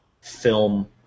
film